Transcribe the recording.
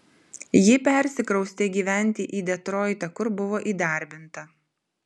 ji persikraustė gyventi į detroitą kur buvo įdarbinta